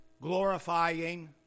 glorifying